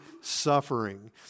suffering